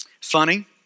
Funny